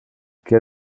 que